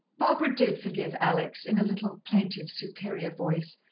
barbara did forgive alex, in a little, plaintive, superior voice,